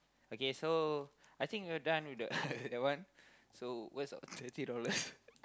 okay so I think you are done with the that one so where's our thirty dollars